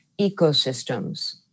ecosystems